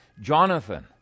Jonathan